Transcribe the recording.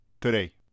today